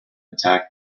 attack